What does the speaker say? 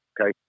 okay